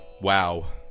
Wow